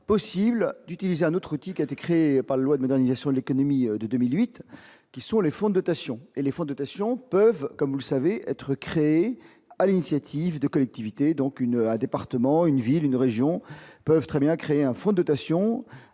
possible d'utiliser un autre type qui a été créé par la loi de modernisation de l'économie de 2008, qui sont les fonds de notation éléphants de patients peuvent comme vous le savez être créée à l'initiative de collectivités, donc une à département, une ville, une région peuvent très bien créer un fonds de agissant